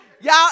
Y'all